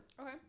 Okay